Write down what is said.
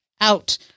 out